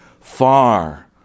far